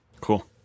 cool